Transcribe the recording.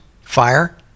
fire